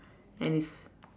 and is